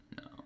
No